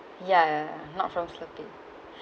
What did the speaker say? ya not from slurpee